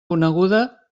coneguda